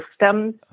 systems